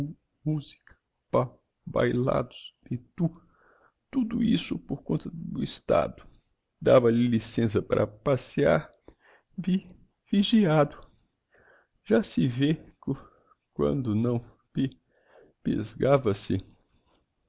musica ba bailados e tu tudo isso por conta do estado dáva lhe licença para passear vi vigiado já se vê qu quando não